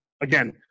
again